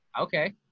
Okay